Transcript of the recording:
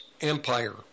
empire